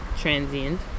transient